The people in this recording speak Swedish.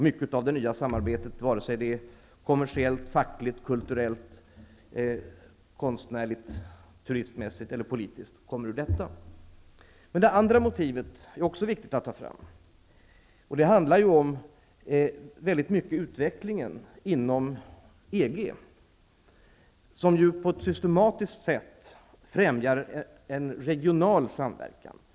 Mycket av det nya samarbetet, vare sig det är kommersiellt, fackligt, kulturellt, konstnärligt, turistmässigt eller politiskt, kommer ur detta. Det andra motivet är också viktigt att ta fram. Det handlar väldigt mycket om utvecklingen inom EG. Den främjar ju på ett systematiskt sätt en regional samverkan.